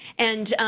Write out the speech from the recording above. and,